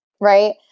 Right